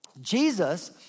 Jesus